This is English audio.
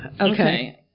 Okay